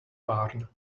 barn